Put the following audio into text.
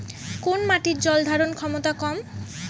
কোন মাটির জল ধারণ ক্ষমতা কম?